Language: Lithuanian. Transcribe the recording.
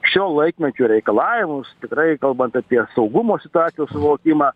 šio laikmečio reikalavimus tikrai kalbant apie saugumo situacijos suvokimą